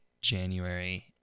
January